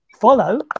follow